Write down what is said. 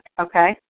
okay